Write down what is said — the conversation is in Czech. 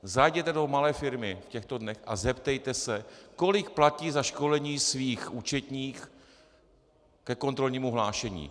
Zajděte do malé firmy v těchto dnech a zeptejte se, kolik platí za školení svých účetních ke kontrolnímu hlášení.